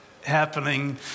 happening